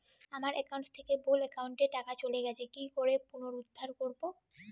আমার একাউন্ট থেকে ভুল একাউন্টে টাকা চলে গেছে কি করে পুনরুদ্ধার করবো?